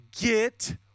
get